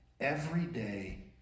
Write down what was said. everyday